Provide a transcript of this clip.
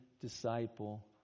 disciple